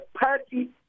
party